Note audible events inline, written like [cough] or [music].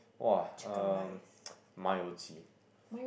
!wah! um [noise] ma you ji